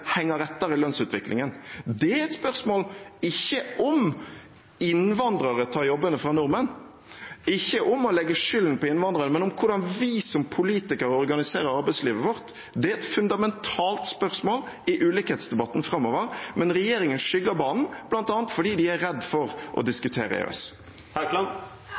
henger etter i lønnsutviklingen. Det er et spørsmål – ikke om innvandrere tar jobbene fra nordmenn, ikke om å legge skylden på innvandrere, men om hvordan vi som politikere organiserer arbeidslivet vårt. Det er et fundamentalt spørsmål i ulikhetsdebatten framover, men regjeringen skygger banen, bl.a. fordi de er redd for å diskutere EØS.